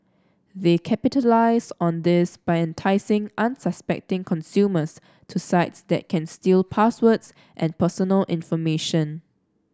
they capitalise on this by enticing unsuspecting consumers to sites that can steal passwords and personal information